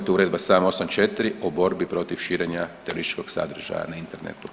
To je Uredba 784 o borbi protiv širenja terorističkog sadržaja na internetu.